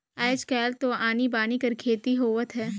आयज कायल तो आनी बानी कर खेती होवत हे